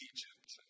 Egypt